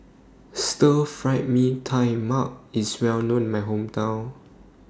Stir Fried Mee Tai Mak IS Well known in My Hometown